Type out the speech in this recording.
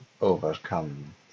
overcome